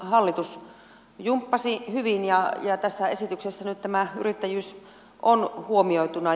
hallitus jumppasi hyvin ja tässä esityksessä nyt tämä yrittäjyys on huomioituna